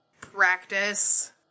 practice